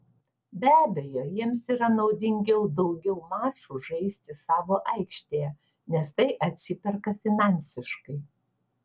be abejo jiems yra naudingiau daugiau mačų žaisti savo aikštėje nes tai atsiperka finansiškai